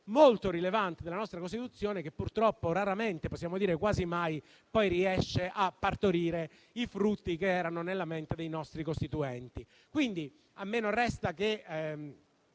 molto rilevante della nostra Costituzione, che purtroppo raramente (possiamo dire quasi mai) riesce a partorire i frutti che erano nella mente dei nostri costituenti. A me non resta che